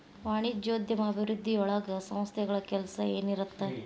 ವಾಣಿಜ್ಯೋದ್ಯಮ ಅಭಿವೃದ್ಧಿಯೊಳಗ ಸಂಸ್ಥೆಗಳ ಕೆಲ್ಸ ಏನಿರತ್ತ